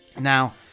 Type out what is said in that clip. Now